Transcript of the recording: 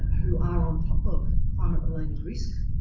who are on top ah climate related risk,